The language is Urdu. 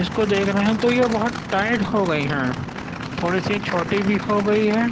اس کو دیکھ رہے ہیں تو یہ بہت ٹائٹ ہو گئی ہیں تھوڑی سی چھوٹی بھی ہو گئی ہے